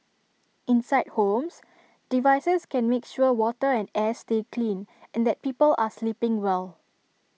inside homes devices can make sure water and air stay clean and that people are sleeping well